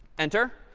enter.